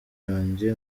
yanjye